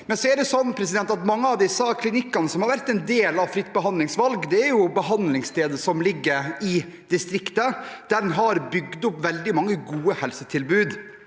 ned kapasiteten. Mange av klinikkene som har vært en del av fritt behandlingsvalg, er behandlingssteder som ligger i distriktene, der en har bygd opp veldig mange gode helsetilbud.